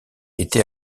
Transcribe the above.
était